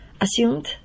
assumed